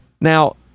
Now